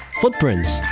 Footprints